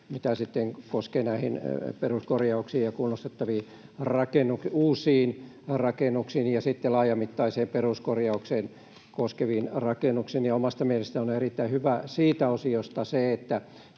mitä tulee näihin peruskorjauksiin ja kunnostettaviin uusiin rakennuksiin ja sitten laajamittaista peruskorjausta vaativiin rakennuksiin. Omasta mielestäni on erittäin hyvä siinä osiossa se,